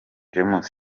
james